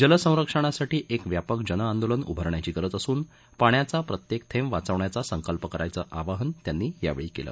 जल संरक्षणासाठी एक व्यापक जन आंदोलन उभारण्याची गरज असून पाण्याचा प्रत्येक थेंब वाचवण्याचा संकल्प करायचं आवाहन त्यांनी यावेळी केलं